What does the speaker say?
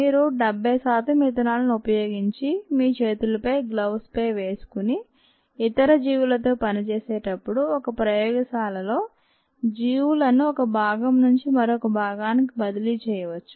మీరు 70 శాతం ఇథనాల్ ను ఉపయోగించి మీ చేతులపై గ్లోవ్స్ పై వేసుకుని ఇతర జీవులతో పనిచేసేటప్పుడు ఒక ప్రయోగశాలలో జీవులను ఒక భాగం నుంచి మరో భాగానికి బదిలీ చేయవచ్చు